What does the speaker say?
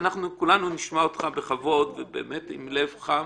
אנחנו כולנו נשמע אותך בכבוד ובאמת עם לב חם.